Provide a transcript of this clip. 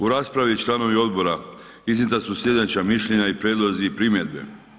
U raspravi, članovi odbora, iznijeta su sljedeća mišljenja i prijedlozi i primjedbe.